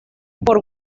por